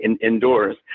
indoors